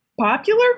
Popular